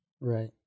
Right